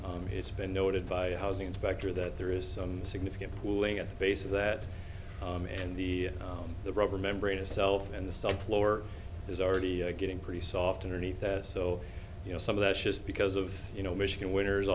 escape it's been noted by a housing inspector that there is some significant pooling at the base of that and the the rubber membrane itself and the subfloor is already getting pretty soft underneath that so you know some of that's just because of you know michigan winners